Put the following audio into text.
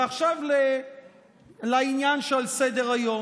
ועכשיו לעניין שעל סדר-היום.